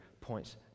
points